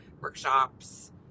workshops